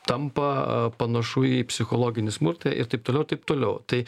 tampa panašu į psichologinį smurtą ir taip toliau ir taip toliau tai